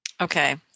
Okay